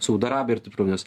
saudo arabija ir taip toliau nes